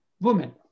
women